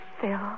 Phil